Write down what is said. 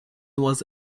was